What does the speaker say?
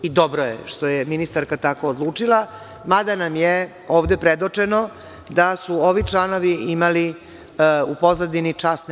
I dobro je što je ministarka tako odlučila, mada nam je ovde predočeno da su ovi članovi imali u pozadini časne